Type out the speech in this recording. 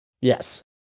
Yes